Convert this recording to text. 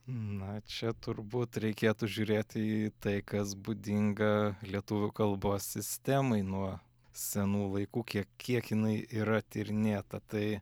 na čia turbūt reikėtų žiūrėti į tai kas būdinga lietuvių kalbos sistemai nuo senų laikų kiek kiek jinai yra tyrinėta tai